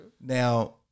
Now